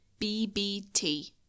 BBT